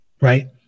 right